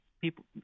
people